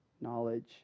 knowledge